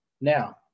Now